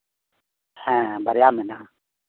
ᱦᱮᱸ ᱵᱟᱨᱭᱟ ᱢᱮᱱᱟᱜᱼᱟ